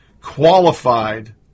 Qualified